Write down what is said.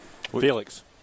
Felix